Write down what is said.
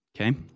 Okay